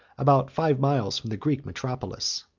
about five miles from the greek metropolis.